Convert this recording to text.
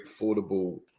affordable